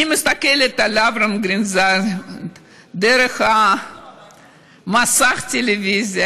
אני מסתכלת על אברהם גרינזייד דרך מסך הטלוויזיה,